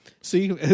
See